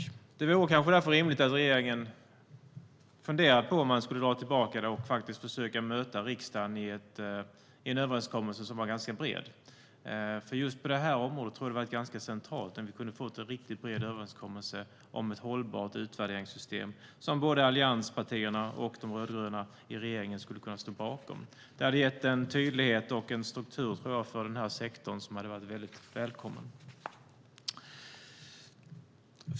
Därför vore det kanske rimligt att regeringen funderar på om man ska dra tillbaka den och försöka möta riksdagen i en bred överenskommelse. Just på detta område hade det varit centralt att få en bred överenskommelse om ett hållbart utvärderingssystem som både allianspartierna och de rödgröna i regeringen kan stå bakom. Det hade gett en välkommen tydlighet och struktur för denna sektor.